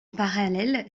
parallèle